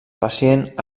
pacient